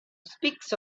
speaks